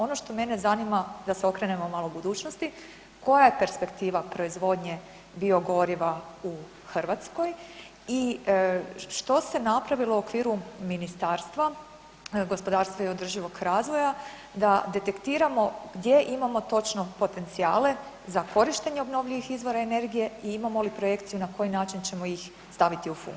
Ono što mene zanima da se okrenemo malo budućnosti, koja je perspektiva proizvodnje biogoriva u Hrvatskoj i što se napravilo u okviru Ministarstva gospodarstva i održivog razvoja da detektiramo gdje imamo točno potencijale za korištenje obnovljivih izvora energije i imamo li projekciju na koji način ćemo ih staviti u funkciju?